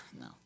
no